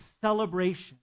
celebration